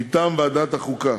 מטעם ועדת החוקה,